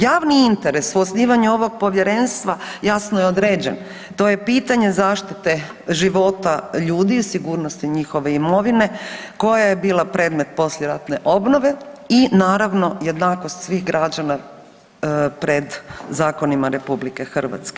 Javni interes u osnivanju ovog Povjerenstva jasno je određen, to je pitanje zaštite života ljudi i sigurnosti njihove imovine koja je bila predmet poslijeratne obnove i naravno jednakost svih građana pred zakonima RH.